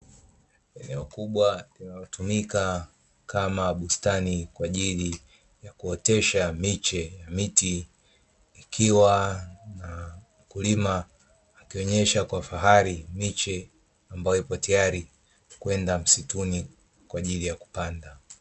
Eneo kubwa linalotumika kama bustani kwa ajili kuotesha miche miti, ikiwa na mkulima akionyesha kwa fahari miche ambayo ipo tayari, kwenda msituni kwa ajili ya kupanda.